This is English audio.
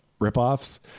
ripoffs